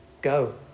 Go